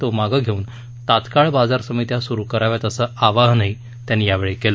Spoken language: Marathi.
तो मागं घेऊन तात्काळ बाजार समित्या सुरु कराव्यात असं आवाहनही त्यांनी केलं